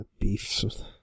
beefs